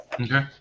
okay